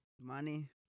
money